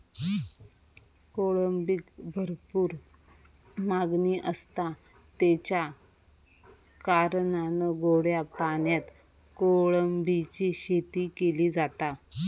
कोळंबीक भरपूर मागणी आसता, तेच्या कारणान गोड्या पाण्यात कोळंबीची शेती केली जाता